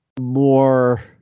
More